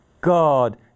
god